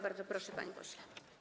Bardzo proszę, panie pośle.